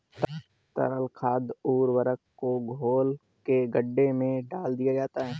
तरल खाद उर्वरक को घोल के गड्ढे में डाल दिया जाता है